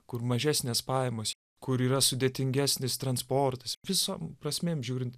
kur mažesnės pajamos kur yra sudėtingesnis transportas visom prasmėm žiūrint